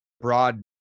broad